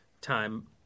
time